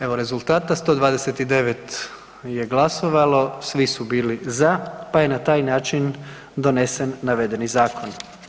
Evo rezultata, 129 je glasovalo, svi su bili za pa je na taj način donesen navedeni zakon.